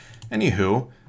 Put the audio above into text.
Anywho